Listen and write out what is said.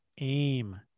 Aim